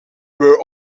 were